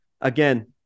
again